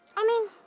i mean,